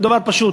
הוא דבר פשוט: